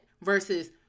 versus